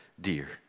dear